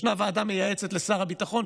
ישנה ועדה מייעצת לשר הביטחון,